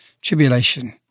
tribulation